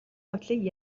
явдлыг